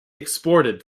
exported